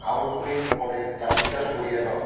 outgoing কলের তালিকা সরিয়ে দাও